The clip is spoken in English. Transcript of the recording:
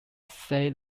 said